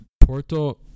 Porto